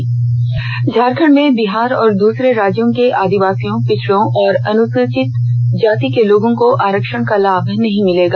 फैसला झारखंड में बिहार और दूसरे राज्यों के आदिवासियों पिछड़ों और अनुसूचित जाति के लोगों को आरक्षण का लाभ नहीं मिलेगा